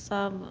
सभ